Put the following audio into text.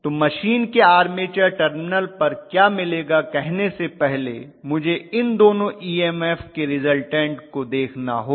तो मशीन के armature terminal पर क्या मिलेगा कहने से पहले मुझे इन दोनों ईएमएफ के रिज़ल्टन्ट को देखना होगा